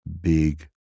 big